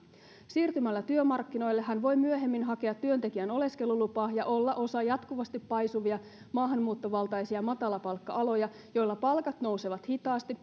siirtymällä työmarkkinoille hän voi myöhemmin hakea työntekijän oleskelulupaa ja olla osa jatkuvasti paisuvia maahanmuuttovaltaisia matalapalkka aloja joilla palkat nousevat hitaasti